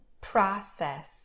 process